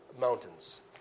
mountains